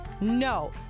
No